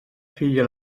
filla